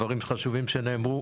דברים חשובים שנאמרו,